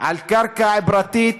על קרקע פרטית